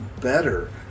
better